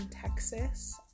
Texas